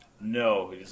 No